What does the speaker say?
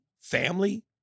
family